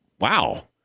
wow